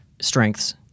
strengths